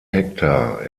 hektar